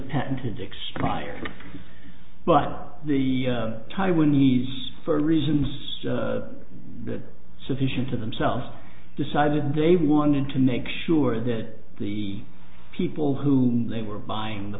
patented expired but the taiwanese for reasons that are sufficient to themselves decided they wanted to make sure that the people who they were buying the